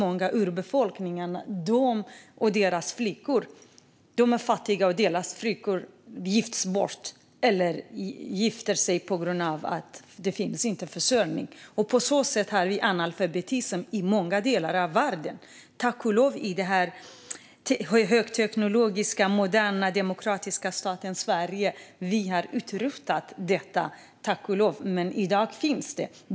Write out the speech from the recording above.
Många av urbefolkningarna är fattiga. Deras flickor gifts bort eller gifter sig på grund av att det inte finns försörjning. På så sätt har vi analfabetism i många delar av världen. I den moderna, högteknologiska och demokratiska staten Sverige har vi tack och lov utrotat detta. Men det finns i dag.